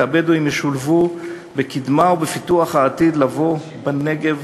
הבדואים ישולבו בקדמה ובפיתוח העתיד לבוא בנגב,